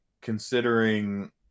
considering